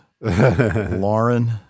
Lauren